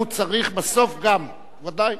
הוא צריך בסוף גם, ודאי.